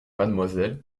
mademoiselle